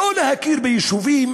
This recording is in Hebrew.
לא להכיר ביישובים